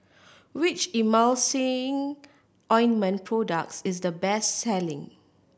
which Emulsying Ointment products is the best selling